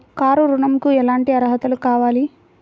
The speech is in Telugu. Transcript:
కారు ఋణంకి ఎటువంటి అర్హతలు కావాలి?